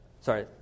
Sorry